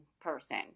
person